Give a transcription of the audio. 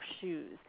shoes